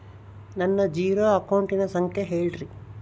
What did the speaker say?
ನನ್ನ ಜೇರೊ ಅಕೌಂಟಿನ ಸಂಖ್ಯೆ ಹೇಳ್ರಿ?